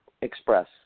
express